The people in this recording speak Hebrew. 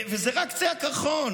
זה רק קצה הקרחון.